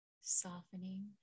softening